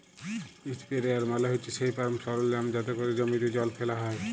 ইসপেরেয়ার মালে হছে সেই ফার্ম সরলজাম যাতে ক্যরে জমিতে জল ফ্যালা হ্যয়